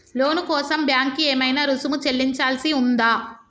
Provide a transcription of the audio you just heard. లోను కోసం బ్యాంక్ కి ఏమైనా రుసుము చెల్లించాల్సి ఉందా?